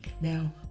Now